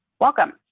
Welcome